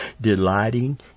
delighting